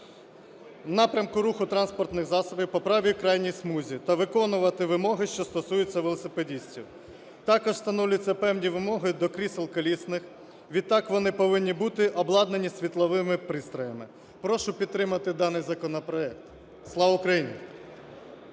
напрямку руху транспортних засобів по правій крайній смузі та виконувати вимоги, що стосуються велосипедистів. Також встановлюються певні вимоги до крісел колісних, відтак вони повинні бути обладнані світловими пристроями. Прошу підтримати даний законопроект. Слава Україні!